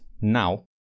now